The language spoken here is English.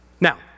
Now